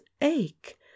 ache